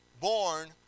born